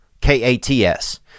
K-A-T-S